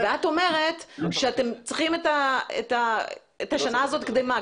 -- ואת אומרת שאתם צריכים את השנה, בשביל מה?